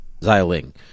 ziling